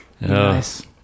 nice